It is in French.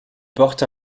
porte